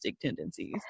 tendencies